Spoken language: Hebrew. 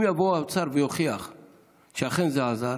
אם יבוא האוצר יוכיח שאכן זה עזר,